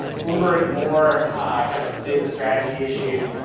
bloomberg more kind of business strategy issues,